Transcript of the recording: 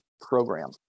program